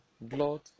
blood